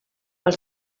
els